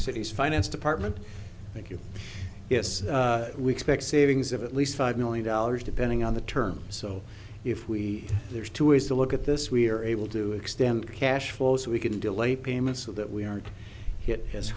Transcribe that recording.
city's finance department thank you yes we expect savings of at least five million dollars depending on the terms so if we there's two ways to look at this we are able to extend cash flow so we can delay payments so that we aren't hit as